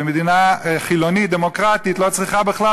ומדינה חילונית דמוקרטית לא צריכה בכלל